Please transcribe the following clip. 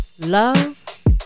love